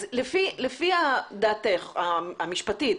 לפי דעתך המשפטית,